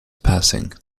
passing